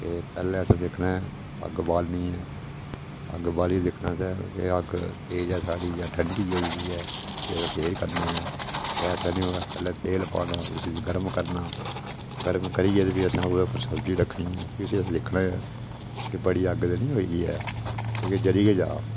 ते पैह्ले अ'सें दिक्खना ऐ अग्ग बालनी ऐ अग्ग बालियै दिक्खना कि अग्ग तेज ऐ साढ़ी जां ठंड़ी होई दी ऐ उस्सी अ'सें तेज करना ऐ ऐसा नीं होऐ पैह्ले तेल पाना उस्सी गर्म करना गर्म करियै ते फिरी ओह्दे पर सब्जी रखनी ऐ फ्ही अ'सें उस्सी दिक्खना ऐ कि बड़ी अग्ग ते नीं होई दी केह् जली गै जा